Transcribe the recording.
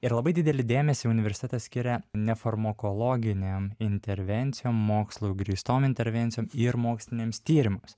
ir labai didelį dėmesį universitetas skiria nefarmakologiniam intervencijom mokslu grįstom intervencijom ir moksliniams tyrimas